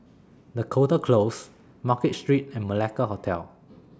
Dakota Close Market Street and Malacca Hotel